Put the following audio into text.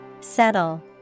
Settle